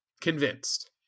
convinced